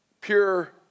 pure